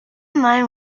mine